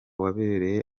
wabereye